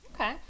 Okay